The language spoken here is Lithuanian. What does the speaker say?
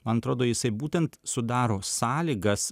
man atrodo jisai būtent sudaro sąlygas